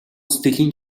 сэтгэлийн